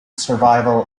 survival